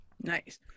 Nice